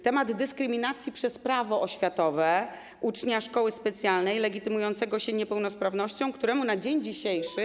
Temat dyskryminacji przez Prawo oświatowe ucznia szkoły specjalnej legitymującego się niepełnosprawnością, któremu na dzień dzisiejszy